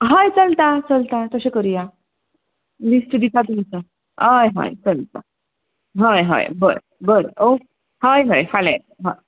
हय चलता चलता तशें करुया